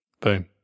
Boom